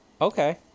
Okay